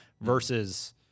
versus